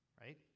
right